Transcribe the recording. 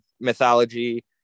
mythology